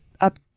up